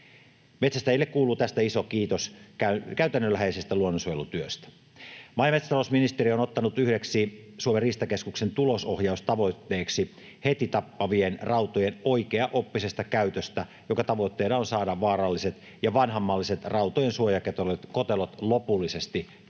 Metsästäjille kuuluu iso kiitos tästä käytännönläheisestä luonnonsuojelutyöstä. Maa- ja metsätalousministeriö on ottanut yhdeksi Suomen riistakeskuksen tulosohjaustavoitteeksi heti tappavien rautojen oikeaoppisen käytön, jonka tavoitteena on saada vaaralliset ja vanhanmalliset rautojen suojakotelot lopullisesti pois